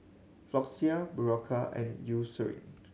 Floxia Berocca and Eucerin